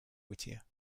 whittier